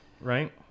right